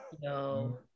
No